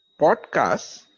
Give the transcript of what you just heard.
podcasts